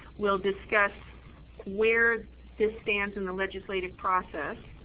will discuss where this stands in the legislative process.